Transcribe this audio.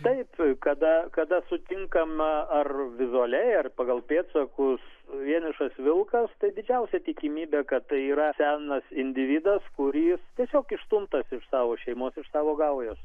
taip kada kada sutinkam ar vizualiai ar pagal pėdsakus vienišas vilkas tai didžiausia tikimybė kad tai yra senas individas kuris tiesiog išstumtas iš savo šeimos iš savo gaujos